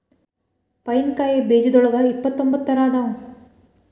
pine ಕಾಯಿ ಬೇಜದೋಳಗ ಇಪ್ಪತ್ರೊಂಬತ್ತ ತರಾ ಅದಾವ